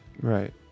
right